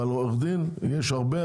אבל עורך דין יש הרבה,